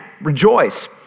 rejoice